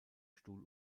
stuhl